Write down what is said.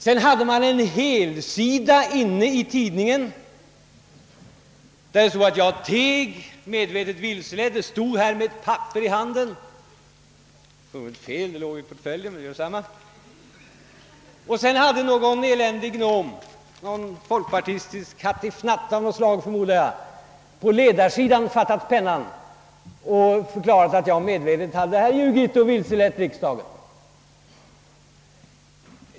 Vidare fanns det en helsida inne i tidningen, där det uppgavs att jag teg, att jag medvetet vilseledde riksdagen och att jag stod här med ett papper i handen — det var fel, ty det låg i portföljen, men det kan göra detsamma. Sedan hade någon eländig gnom — någon folkpartistisk hattifnatt av något slag, förmodar jag — fattat pennan och på ledarsidan förklarat att jag medvetet hade ljugit och vilselett riksdagen.